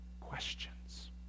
questions